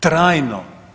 Trajno.